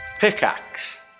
Pickaxe